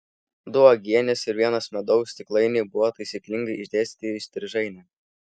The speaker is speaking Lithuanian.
du uogienės ir vienas medaus stiklainiai buvo taisyklingai išdėstyti įstrižaine